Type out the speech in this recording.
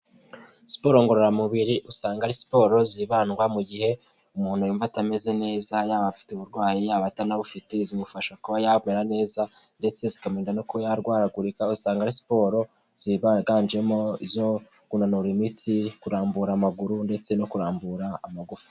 Siporo ngororamubiri usanga ari siporo zibandwa mu gihe umuntu yumva atameze neza yaba afite uburwayi yaba atanabufite zimufasha kuba yamera neza ndetse zikamurinda no kuyarwaragurika. Usanga ari siporo ziganjemo izo kunanura imitsi, kurambura amaguru, ndetse no kurambura amagufa.